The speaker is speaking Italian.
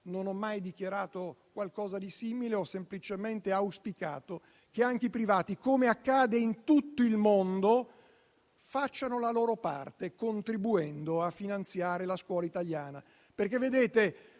Non ho mai dichiarato qualcosa di simile: ho semplicemente auspicato che anche i privati, come accade in tutto il mondo, facciano la loro parte, contribuendo a finanziare la scuola italiana. La quota